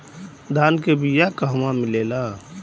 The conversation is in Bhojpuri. धान के बिया कहवा मिलेला?